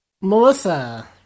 Melissa